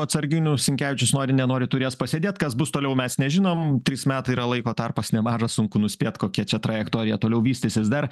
atsarginių sinkevičius nori nenori turės pasėdėt kas bus toliau mes nežinom trys metai yra laiko tarpas nemažas sunku nuspėt kokia čia trajektorija toliau vystysis dar